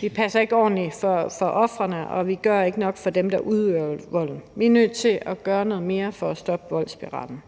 vi passer ikke ordentligt på ofrene, og vi gør ikke nok for dem, der udøver volden. Vi er nødt til at gøre noget mere for at stoppe voldsspiralen.